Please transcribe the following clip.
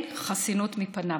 אין חסינות מפניו.